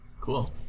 Cool